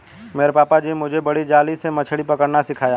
मेरे पापा जी ने मुझे बड़ी जाली से मछली पकड़ना सिखाया